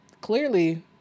clearly